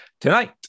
Tonight